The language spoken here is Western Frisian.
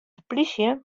polysje